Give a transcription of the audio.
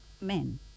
men